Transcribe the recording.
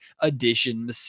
edition